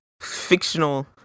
fictional